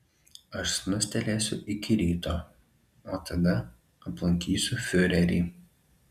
aš snustelėsiu iki ryto o tada aplankysiu fiurerį